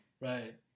right